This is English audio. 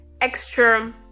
extra